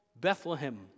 Bethlehem